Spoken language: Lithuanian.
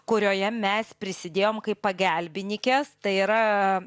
kurioje mes prisidėjom kaip pagelbinikės tai yra